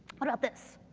what about this?